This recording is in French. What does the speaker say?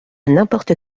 n’importe